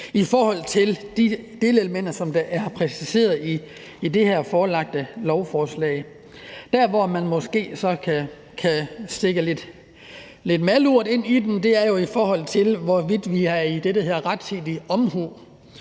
i forhold til de delelementer, der er præciseret i det her fremsatte lovforslag. Der, hvor man måske så kan hælde lidt malurt i bægret, er jo i forhold til, hvorvidt vi er i det, der hedder rettidig omhu.